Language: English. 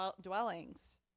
dwellings